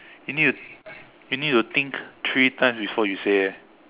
you need to you need to think three times before you say eh